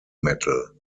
metal